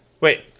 Wait